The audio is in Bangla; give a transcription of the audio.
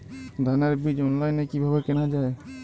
ধানের বীজ অনলাইনে কিভাবে কেনা যায়?